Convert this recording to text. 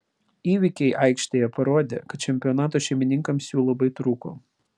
įvykiai aikštėje parodė kad čempionato šeimininkams jų labai trūko